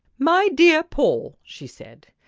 my dear paul, she said,